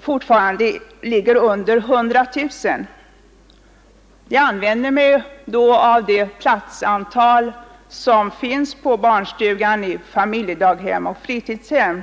fortfarande mindre än 100 000 barn. Jag använder mig då av det platsantal som finns på barnstugor, i Nr45 familjedaghem och i fritidshem.